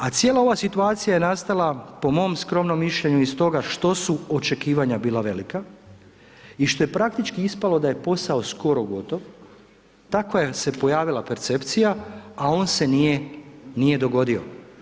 A cijela ova situacija je nastala po mom skromnom mišljenju iz toga što su očekivanja bila velika i što je praktički ispalo da je posao skoro gotov, takva se pojavila percepcija, a on se nije dogodio.